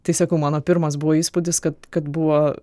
tai sakau mano pirmas buvo įspūdis kad kad buvo